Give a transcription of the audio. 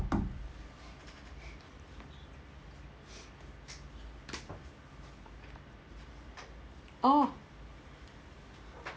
orh